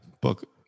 book